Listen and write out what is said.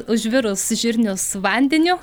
užvirus žirnius vandeniu